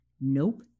Nope